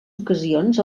ocasions